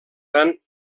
tant